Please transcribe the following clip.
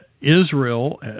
Israel